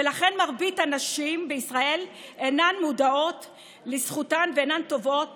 ולכן מרבית הנשים בישראל אינן מודעות לזכותן ואינן תובעות